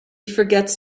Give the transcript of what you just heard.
forgets